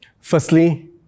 Firstly